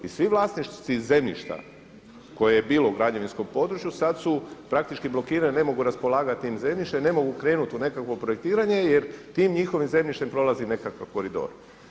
I svi vlasnici zemljišta koje je bilo u građevinskom području sad su praktički blokirani, ne mogu raspolagati tim zemljištem, ne mogu krenuti u nekakvo projektiranje jer tim njihovim zemljištem prolazi nekakav koridor.